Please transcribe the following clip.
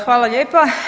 Hvala lijepa.